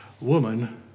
Woman